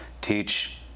teach